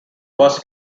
was